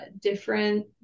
different